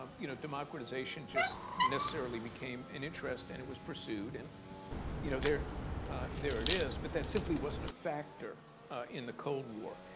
um you know, democratization just necessarily became an interest. and it was pursued. and you know, there there it is. but that simply wasn't a factor in the cold war.